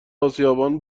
اسیابان